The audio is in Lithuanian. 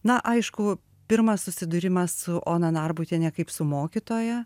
na aišku pirmas susidūrimas su ona narbutiene kaip su mokytoja